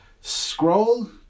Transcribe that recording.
scroll